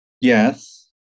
Yes